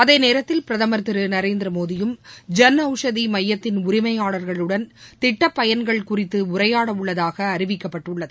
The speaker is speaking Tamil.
அதேநேரத்தில் பிரதமர் திரு நரேந்திரமோடியும் ஜன் ஔஷத் மையத்தின் உரிமையாளர்களுடன் திட்ட பயன்கள் குறித்து உரையாடவுள்ளதாக அறிவிக்கப்பட்டுள்ளது